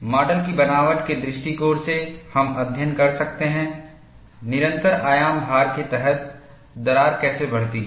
model की बनावट के दृष्टिकोण से हम अध्ययन कर सकते हैं निरंतर आयाम भार के तहत दरार कैसे बढ़ती है